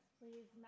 please